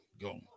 go